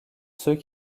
ceux